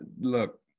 look